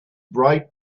bright